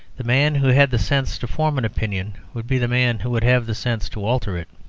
the man who had the sense to form an opinion would be the man who would have the sense to alter it.